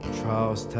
trials